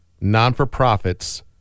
non-for-profits